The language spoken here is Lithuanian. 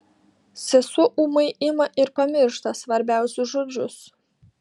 sesuo ūmai ima ir pamiršta svarbiausius žodžius